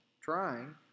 trying